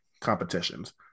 competitions